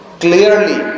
clearly